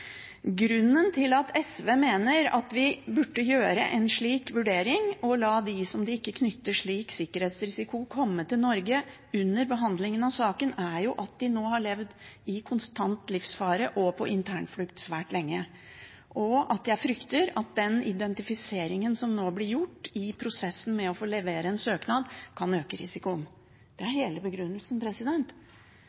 Grunnen til at SV mener at vi burde gjøre en slik vurdering og la dem som det ikke knytter seg slik sikkerhetsrisiko til, komme til Norge under behandlingen av saken, er jo at de nå har levd i konstant livsfare og vært på internflukt svært lenge. Jeg frykter at den identifiseringen som nå blir gjort i prosessen med å få levere en søknad, kan øke risikoen. Det er hele begrunnelsen.